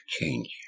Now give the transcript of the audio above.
change